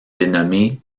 dénommée